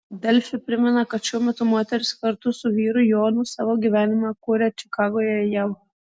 delfi primena kad šiuo metu moteris kartu su vyru jonu savo gyvenimą kuria čikagoje jav